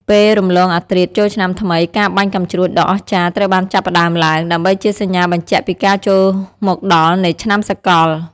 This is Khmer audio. ពេលរំលងអធ្រាត្រចូលឆ្នាំថ្មី ការបាញ់កាំជ្រួចដ៏អស្ចារ្យត្រូវបានចាប់ផ្ដើមឡើង ដើម្បីជាសញ្ញាបញ្ជាក់ពីការចូលមកដល់នៃឆ្នាំសកល។